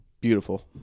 beautiful